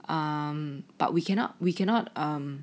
um but we cannot we cannot um